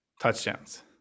touchdowns